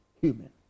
human